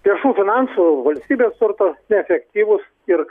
viešųjų finansų valstybės turto neefektyvus ir